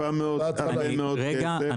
אחר כך מה?